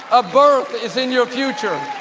a birth is in your future.